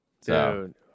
Dude